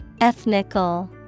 Ethnical